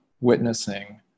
witnessing